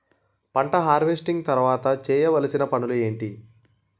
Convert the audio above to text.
పంట హార్వెస్టింగ్ తర్వాత చేయవలసిన పనులు ఏంటి?